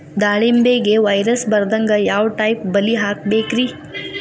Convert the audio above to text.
ದಾಳಿಂಬೆಗೆ ವೈರಸ್ ಬರದಂಗ ಯಾವ್ ಟೈಪ್ ಬಲಿ ಹಾಕಬೇಕ್ರಿ?